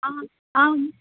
आं